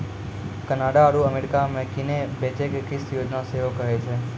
Canada आरु America मे किनै बेचै के किस्त योजना सेहो कहै छै